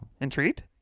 Entreat